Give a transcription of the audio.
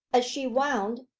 as she wound,